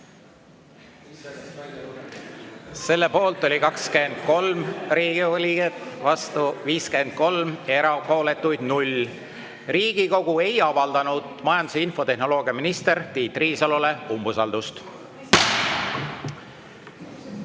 Selle poolt oli 23 Riigikogu liiget, vastu 53, erapooletuid 0. Riigikogu ei avaldanud majandus- ja infotehnoloogiaminister Tiit Riisalole umbusaldust.